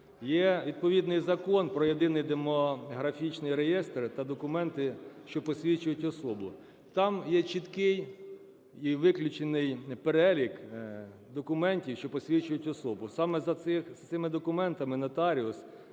Є відповідний Закон про Єдиний демографічний реєстр та документи, що посвідчують особу, там є чіткий і виключений перелік документів, що посвідчують особу. Саме за цими документами нотаріус